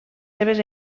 seves